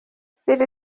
sir